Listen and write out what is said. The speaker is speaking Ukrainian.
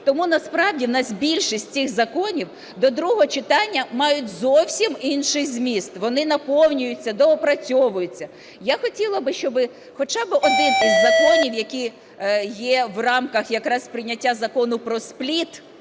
Тому насправді у нас більшість з цих законів до другого читання мають зовсім інший зміст, вони наповнюються, доопрацьовуються. Я хотіла б, щоб хоча б один із законів, який є в рамках якраз прийняття Закону про "спліт",